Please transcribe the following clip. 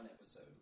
episode